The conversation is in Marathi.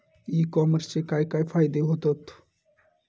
ई कॉमर्सचे काय काय फायदे होतत?